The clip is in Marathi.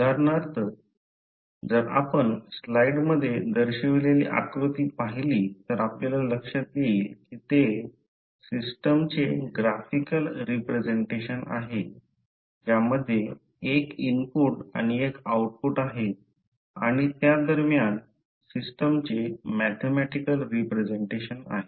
उदाहरणार्थ जर आपण स्लाइड मध्ये दर्शविलेली आकृती पाहिली तर आपल्या लक्ष्यात येईल कि ते सिस्टमचे ग्राफिकल रिप्रेझेंटेशन आहे ज्यामध्ये एक इनपुट आणि आऊटपुट आहे आणि त्या दरम्यान सिस्टमचे मॅथॅमॅटिकॅल रिप्रेझेंटेशन आहे